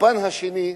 הפן השני,